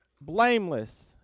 blameless